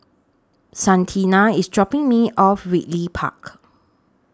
Santina IS dropping Me off Ridley Park